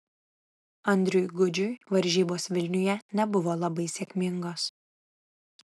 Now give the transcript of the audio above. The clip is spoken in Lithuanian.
andriui gudžiui varžybos vilniuje nebuvo labai sėkmingos